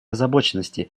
озабоченности